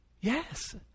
Yes